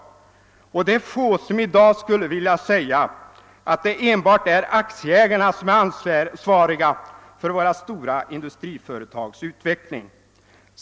Det är få som i dag skulle vilja säga att det enbart är aktieägarna som är ansvariga för våra stora industriföretags utveckling.